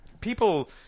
people